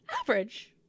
Average